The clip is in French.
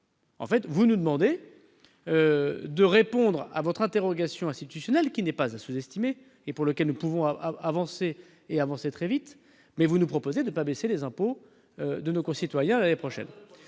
termes, vous nous demandez de répondre à votre interrogation institutionnelle, qui n'est pas à sous-estimer et pour laquelle nous pouvons avancer très vite, en nous demandant de ne pas baisser les impôts de nos concitoyens l'année prochaine.